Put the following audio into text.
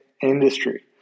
industry